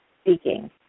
speaking